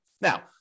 Now